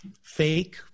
fake